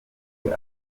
wese